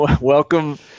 welcome